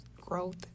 growth